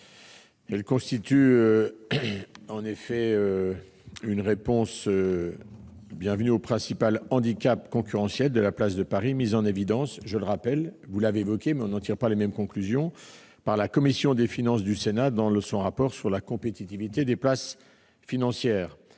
mesure constitue en effet une réponse bienvenue au principal handicap concurrentiel de la place de Paris, qui a été mis en évidence, je le rappelle- vous l'avez évoqué, mais nous n'en tirons pas les mêmes conclusions -, par la commission des finances du Sénat dans son rapport sur la compétitivité des places financières